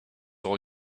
all